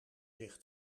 zich